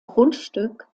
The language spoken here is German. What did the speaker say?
grundstück